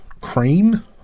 cream